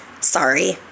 sorry